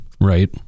right